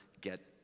get